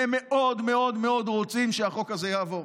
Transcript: והם מאוד מאוד מאוד רוצים שהחוק הזה יעבור.